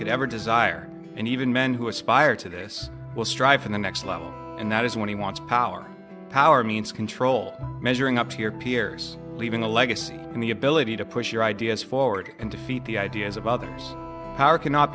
could ever desire and even men who aspire to this will strive for the next level and that is when he wants power power means control measuring up to your peers leaving a legacy and the ability to push your ideas forward and defeat the ideas of others power cannot